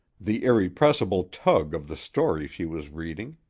the irrepressible tug of the story she was reading.